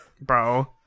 bro